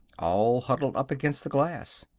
all huddled up against the glass.